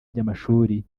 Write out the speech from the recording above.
by’amashuri